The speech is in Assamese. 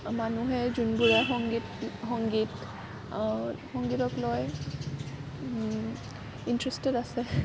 মানুহে যোনবোৰে সংগীত সংগীতক লৈ ইণ্টাৰেষ্টেট আছে